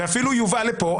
ואפילו יובאה לפה,